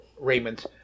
Raymond